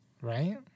Right